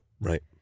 Right